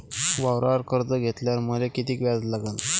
वावरावर कर्ज घेतल्यावर मले कितीक व्याज लागन?